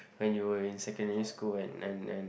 when you were in secondary school and and and